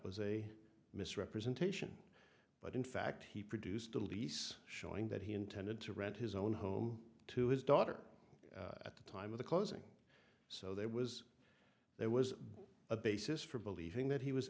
was a misrepresentation but in fact he produced a lease showing that he intended to rent his own home to his daughter at the time of the closing so there was there was a basis for believing that he was